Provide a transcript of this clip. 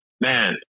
Man